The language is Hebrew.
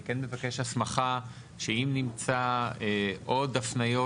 אני כן מבקש הסמכה שאם נמצא עוד הפניות